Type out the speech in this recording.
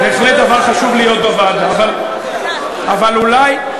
בהחלט דבר חשוב להיות בוועדה, אבל אולי,